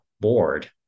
board